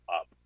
up